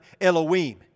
Elohim